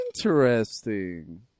Interesting